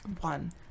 One